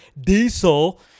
Diesel